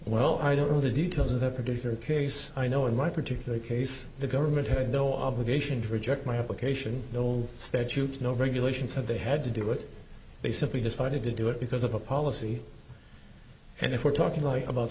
well i don't know the details of the particular case i know in my particular case the government had no obligation to reject my application the old statute no regulation said they had to do it they simply decided to do it because of a policy and if we're talking